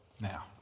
Now